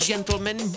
gentlemen